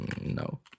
No